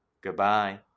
Goodbye